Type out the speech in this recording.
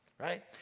Right